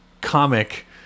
comic